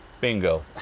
bingo